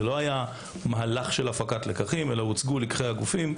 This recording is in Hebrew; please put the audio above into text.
זה לא היה מהלך של הפקת לקחים אלא הוצגו לקחי הגופים.